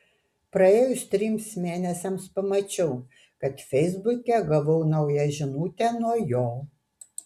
praėjus trims mėnesiams pamačiau kad feisbuke gavau naują žinutę nuo jo